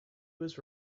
was